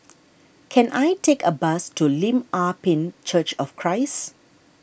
can I take a bus to Lim Ah Pin Church of Christ